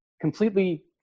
completely